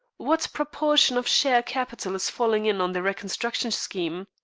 what proportion of share capital is falling in on the reconstruction scheme?